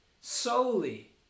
Solely